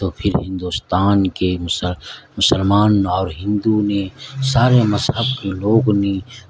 تو پھر ہندوستان کے مسلمان اور ہندو نے سارے مذہب کے لوگ نے